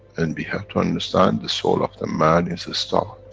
and we have to understand the soul of the man is a star